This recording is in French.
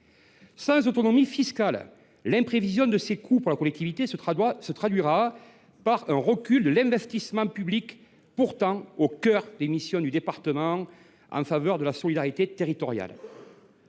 Sans autonomie fiscale, l’impossibilité de prévoir ces coûts pour les collectivités se traduira par un recul de l’investissement public, pourtant au cœur des missions des départements en faveur de la solidarité territoriale.